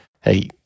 hey